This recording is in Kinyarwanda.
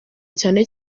cyane